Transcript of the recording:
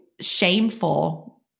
shameful